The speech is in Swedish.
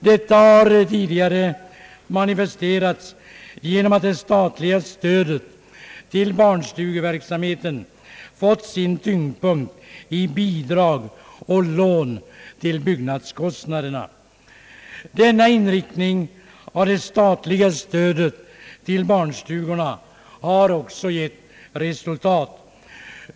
Detta har tidigare manifesterats genom att det statliga stödet till barnstugeverksamheten har fått sin tyngdpunkt i bidrag och lån till byggnadskostnaderna. Denna inriktning av det statliga stödet till barnstugorna har också gett resultat.